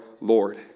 Lord